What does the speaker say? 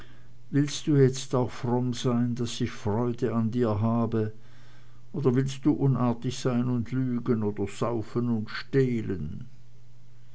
willst du jetzt auch fromm sein daß ich freude an dir habe oder willst du unartig sein und lügen oder saufen und stehlen